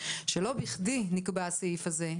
שלא בכדי נקבע הסעיף הזה,